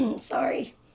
sorry